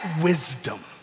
wisdom